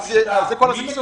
אבל זה כל הסבסוד.